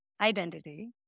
identity